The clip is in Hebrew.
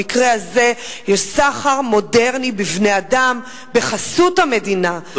במקרה הזה יש סחר מודרני בבני-אדם בחסות המדינה,